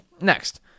Next